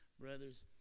brothers